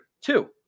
Two